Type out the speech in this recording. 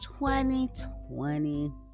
2020